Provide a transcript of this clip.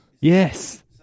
Yes